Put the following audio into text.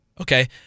okay